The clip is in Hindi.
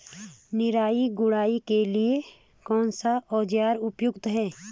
निराई गुड़ाई के लिए कौन सा औज़ार उपयुक्त है?